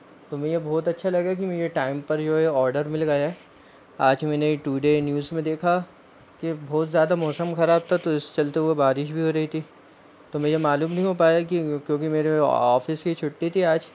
तो मुझे बहुत अच्छा लगा कि मैं ये टाइम पर ये जो ऑर्डर मिल गया है आज मैंने टुडे न्यूज़ में देखा कि बहुत ज़्यादा मौसम खराब था तो इसके चलते हुए बारिश भी हो रही थी तो मैं यह मालूम नहीं हो पाया की क्योंकि मेरे ऑफिस की छुट्टी थी आज